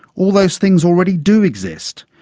all those things already do exist.